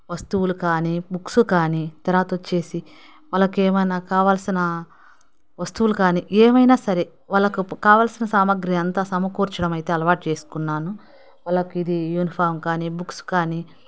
వస్తువులు కాని బుక్స్ కాని తర్వాత వచ్చేసి వాళ్ళకు ఏమైనా కావాల్సిన వస్తువులు కాని ఏమైనా సరే వాళ్ళకు కావాల్సిన సామాగ్రి అంత సమకూర్చడమైతే అలవాటు చేసుకున్నాను వాళ్ళకు ఇది యూనిఫార్మ్ కాని బుక్స్ కాని